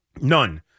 None